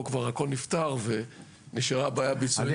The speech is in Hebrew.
כבר הכול נפתר ונשארה הבעיה הביצועית.